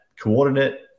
coordinate